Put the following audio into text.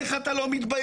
איך אתה לא מתבייש?